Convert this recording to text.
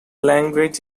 language